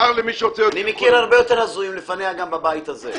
אני מכיר הרבה יותר הזויים לפניה שיושבים בבית הזה.